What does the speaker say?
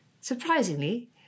Surprisingly